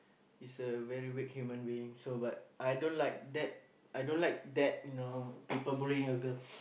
is a very weak human being so but I don't like that I don't like that you know people bullying a girl